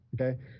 okay